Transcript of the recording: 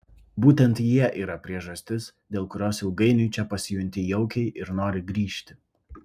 būtent jie yra priežastis dėl kurios ilgainiui čia pasijunti jaukiai ir nori grįžti